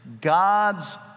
God's